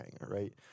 right